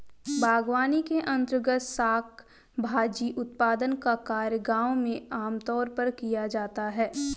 बागवानी के अंर्तगत शाक भाजी उत्पादन का कार्य गांव में आमतौर पर किया जाता है